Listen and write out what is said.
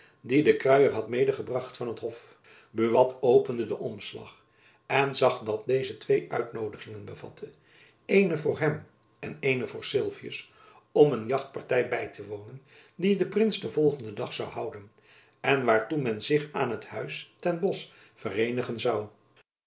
dien de kruier had medegebracht van het hof buat opende den omslag en zag dat deze twee uitnoodigingen bevatte eene voor hem en eene voor sylvius om een jachtparty by te wonen die de prins den volgenden dag zoû houden en waartoe men zich aan het huis ten bosch vereenigen zoû